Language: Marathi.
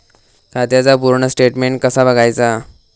खात्याचा पूर्ण स्टेटमेट कसा बगायचा?